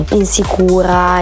insicura